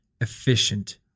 efficient